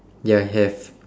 ya I have